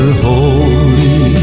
holy